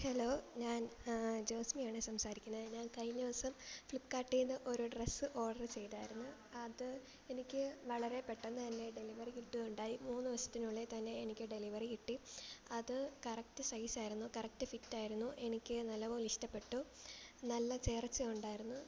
hello ഞാൻ ജോസ്മിയാണ് സംസാരിക്കണെ ഞാൻ കഴിഞ്ഞ ദിവസം ഫ്ലിപ്കാർട്ടിൽ നിന്ന് ഒരു ഡ്രസ്സ് ഓഡറ് ചെയ്തിരുന്നു അത് എനിക്ക് വളരെ പെട്ടെന്ന് തന്നെ ഡെലിവറി കിട്ടുക ഉണ്ടായി മൂന്നു ദിവസത്തിനുള്ളിൽ തന്നെ എനിക്ക് ഡെലിവറി കിട്ടി അത് കറക്റ്റ് സൈസായിരുന്നു കറക്റ്റ് ഫിറ്റായിരുന്നു എനിക്ക് നല്ലപോലെ ഇഷ്ടപ്പെട്ടു നല്ല ചേർച്ച ഉണ്ടായിരുന്നു